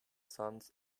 sons